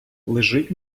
лежить